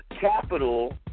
Capital